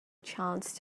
chance